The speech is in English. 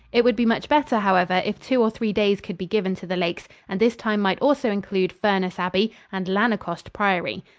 it would be much better, however, if two or three days could be given to the lakes, and this time might also include furness abbey and lanercost priory.